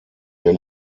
der